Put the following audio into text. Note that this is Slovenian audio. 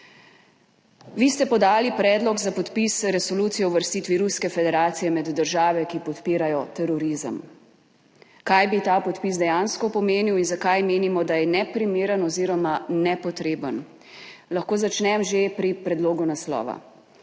Vi ste podali predlog za podpis resolucije o uvrstitvi Ruske federacije med države, ki podpirajo terorizem. Kaj bi ta podpis dejansko pomenil in zakaj menimo, da je neprimeren oziroma nepotreben. Lahko začnem že pri naslovu predloga.